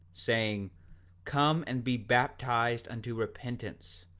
saying come and be baptized unto repentance,